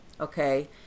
okay